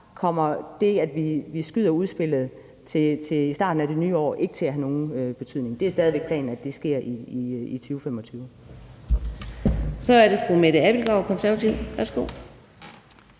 kommer det, at vi skyder udspillet til starten af det nye år, ikke til at have nogen betydning. Det er stadig væk planen, at det sker i 2025. Kl. 15:06 Fjerde næstformand